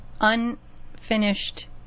unfinished